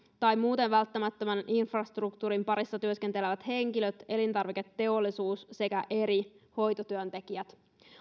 tai muuten välttämättömän infrastruktuurin parissa työskentelevät henkilöt elintarviketeollisuus sekä eri hoitotyöntekijät